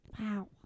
Wow